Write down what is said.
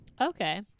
Okay